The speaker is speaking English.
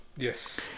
Yes